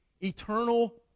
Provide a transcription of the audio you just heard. eternal